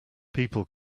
people